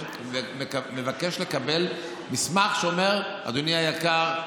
מבקש לקבל מסמך שאומר: אדוני היקר,